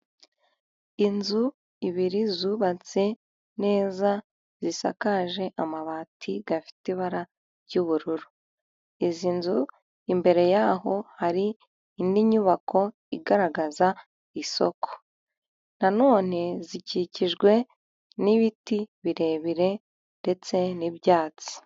Inzu ebyiri zubatse neza, zisakaje amabati afite ibara ry'ubururu. Izi nzu imbere yaho, hari indi nyubako igaragaza isoko. Nanone zikikijwe n'ibiti birebire, ndetse n'ibyatsi.